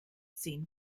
zehn